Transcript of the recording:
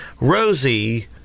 Rosie